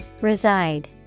Reside